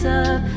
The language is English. up